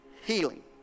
healing